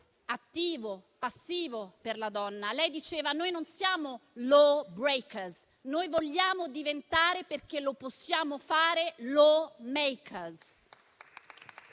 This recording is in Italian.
attivo e passivo per le donne. Lei diceva: noi non siamo *law breaker*, noi vogliamo diventare, perché lo possiamo fare, *law maker*.